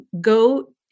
Go